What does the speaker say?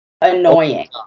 annoying